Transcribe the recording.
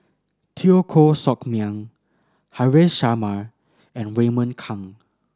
Teo Koh Sock Miang Haresh Sharma and Raymond Kang